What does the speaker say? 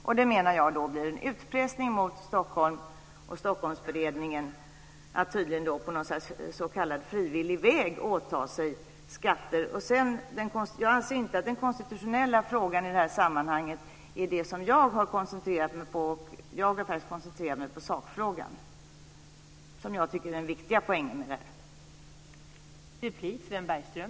Jag menar att det blir en utpressning mot Stockholmsberedningen, som på något slags "frivillig väg" ska åta sig att ta ut skatter. Jag har i det här sammanhanget inte koncentrerat mig på den konstitutionella frågan utan på sakfrågan, som jag tycker här är den verkliga poängen.